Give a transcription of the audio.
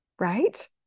right